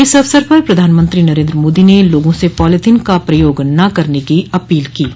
इस अवसर पर प्रधानमंत्री नरेन्द्र मोदी ने लोगों से पॉलीथिन का प्रयोग न करने की अपील की है